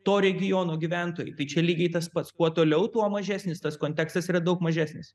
to regiono gyventojų tai čia lygiai tas pats kuo toliau tuo mažesnis tas kontekstas yra daug mažesnis